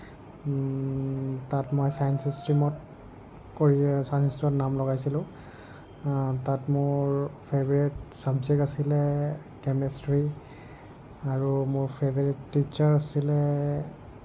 তাত মই ছায়েন্স ষ্ট্ৰীমত কৰি ছায়েন্স ষ্ট্ৰীমত নাম লগাইছিলোঁ তাত মোৰ ফেভৰেট ছাবজেক্ট আছিলে কেমেষ্ট্ৰী আৰু মোৰ ফেভৰেট টীচ্ছাৰ আছিলে